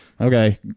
okay